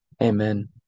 amen